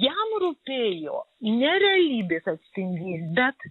jam rūpėjo ne realybės atspindys bet